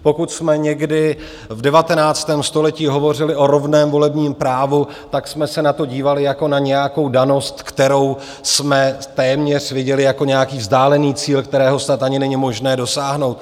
Pokud jsme někdy v 19. století hovořili o rovném volebním právu, tak jsme se na to dívali jako na nějakou danost, kterou jsme téměř viděli jako nějaký vzdálený cíl, kterého snad ani není možné dosáhnout.